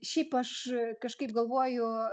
šiaip aš kažkaip galvoju